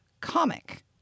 comic